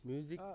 Music